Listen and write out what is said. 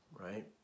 right